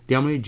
त्यामुळे जी